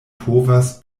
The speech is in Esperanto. povas